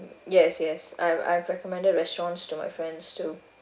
yes yes I've I've recommended restaurants to my friends too